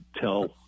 tell